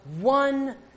one